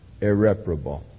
irreparable